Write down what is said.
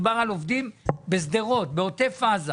מדובר על עובדים בשדרות, בעוטף עזה,